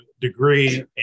degree